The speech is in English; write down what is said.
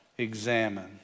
examine